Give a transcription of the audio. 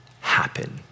happen